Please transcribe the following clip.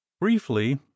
Briefly